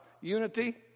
unity